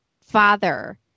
father